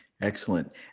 Excellent